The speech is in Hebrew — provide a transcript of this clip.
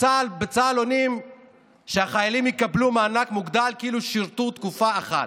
ובצה"ל עונים שהחיילים יקבלו מענק מוגדל כאילו שירתו תקופה אחת.